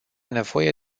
nevoie